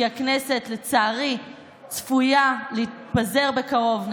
כי הכנסת לצערי צפויה להתפזר בקרוב.